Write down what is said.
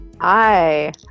Hi